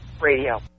Radio